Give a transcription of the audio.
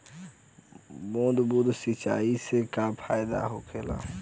बूंद बूंद सिंचाई से का फायदा होला?